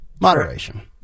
Moderation